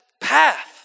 path